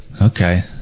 Okay